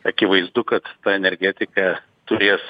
akivaizdu kad ta energetika turės